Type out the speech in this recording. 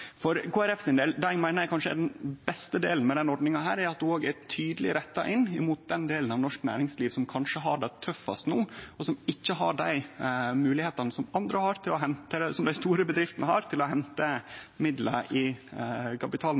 For Kristeleg Folkeparti sin del meiner eg den kanskje beste delen med den ordninga er at ho òg er tydeleg retta inn mot den delen av norsk næringsliv som kanskje har det tøffast no, og som ikkje har dei moglegheitene som dei store bedriftene har til å hente midlar i kapitalmarknaden, nemleg dei små og dei mellomstore bedriftene.